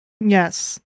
Yes